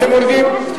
אתם מורידים?